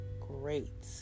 great